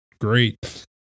great